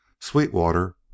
Sweetwater